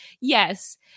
yes